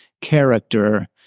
character